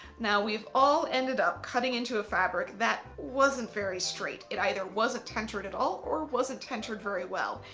now we've all ended up cutting into a fabric that wasn't very straight. it either wasn't tentered at all or wasn't tentered very well.